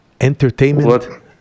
Entertainment